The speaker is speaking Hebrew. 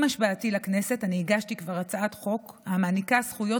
עם השבעתי לכנסת הגשתי כבר הצעת חוק שמעניקה זכויות